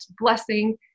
blessing